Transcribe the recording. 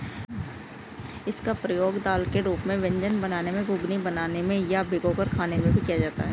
इसका प्रयोग दाल के रूप में व्यंजन बनाने में, घुघनी बनाने में या भिगोकर खाने में भी किया जाता है